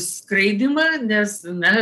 skraidymą nes na